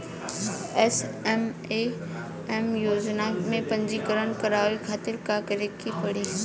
SMAM योजना में पंजीकरण करावे खातिर का का करे के पड़ी?